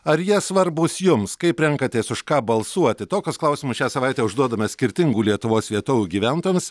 ar jie svarbūs jums kaip renkatės už ką balsuoti tokius klausimus šią savaitę užduodame skirtingų lietuvos vietovių gyventojams